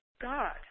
God